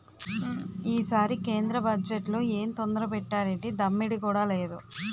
ఈసారి కేంద్ర బజ్జెట్లో ఎంతొరగబెట్టేరేటి దమ్మిడీ కూడా లేదు